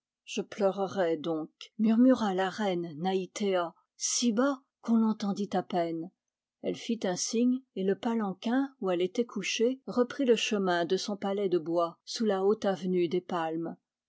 je pleurerai donc murmura la reine naï téa si bas qu'on l'entendit à peine elle fit un signe et le palanquin où elle était couchée reprit le chemin de son palais de bois sous la haute avenue des palmes